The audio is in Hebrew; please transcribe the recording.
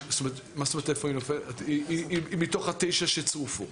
היא מתוך התשע שצורפו.